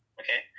okay